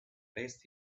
placed